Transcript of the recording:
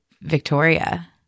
Victoria